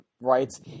rights